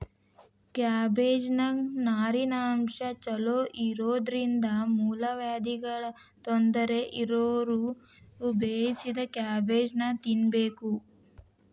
ಕ್ಯಾಬಿಜ್ನಾನ್ಯಾಗ ನಾರಿನಂಶ ಚೋಲೊಇರೋದ್ರಿಂದ ಮೂಲವ್ಯಾಧಿಗಳ ತೊಂದರೆ ಇರೋರು ಬೇಯಿಸಿದ ಕ್ಯಾಬೇಜನ್ನ ತಿನ್ಬೇಕು